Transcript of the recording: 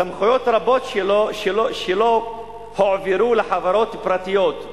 סמכויות רבות של שירות התעסוקה הועברו לחברות פרטיות,